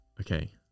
okay